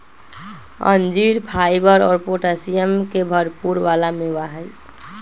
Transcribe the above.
अंजीर फाइबर और पोटैशियम के भरपुर वाला मेवा हई